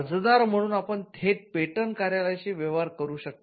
अर्जदार म्हणून आपण थेट पेटंट कार्यालयाशी व्यवहार करू शकता